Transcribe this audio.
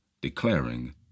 declaring